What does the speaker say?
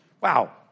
Wow